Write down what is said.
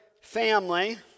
family